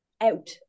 out